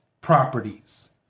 properties